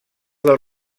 del